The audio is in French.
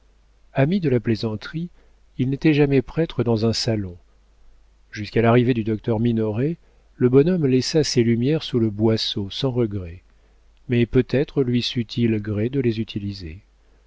ami de la plaisanterie il n'était jamais prêtre dans un salon jusqu'à l'arrivée du docteur minoret le bonhomme laissa ses lumières sous le boisseau sans regret mais peut-être lui sut il gré de les utiliser